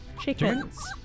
chickens